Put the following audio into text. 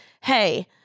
hey